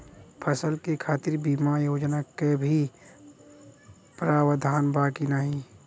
फसल के खातीर बिमा योजना क भी प्रवाधान बा की नाही?